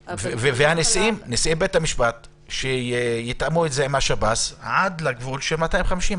ונשיאי בתי המשפט שיתאמו את זה עם שב"ס עד לגבול של 250,